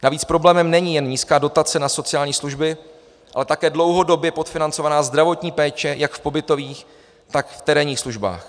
Navíc problémem není jen nízká dotace na sociální služby, ale také dlouhodobě podfinancovaná zdravotní péče jak v pobytových, tak v terénních službách.